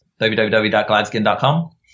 www.gladskin.com